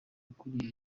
ukuriye